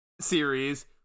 series